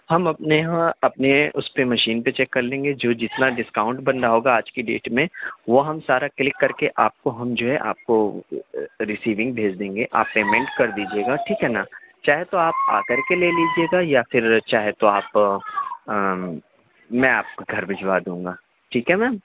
ہم اپنے یہاں اپنے اُس پہ مشین پہ چیک کر لیں گے جو جتنا ڈسکاؤنٹ بن رہا ہوگا آج کی ڈیٹ میں وہ ہم سارا کلک کر کے آپ کو ہم جو ہے آپ کو ریسیونگ بھیج دیں گے آپ پیمینٹ کر دیجیے گا ٹھیک ہے نا چاہے تو آپ آ کر کے لے لیجیے گا یا پھر چاہے تو آپ میں آپ کو گھر بھیجوا دوں گا ٹھیک ہے میم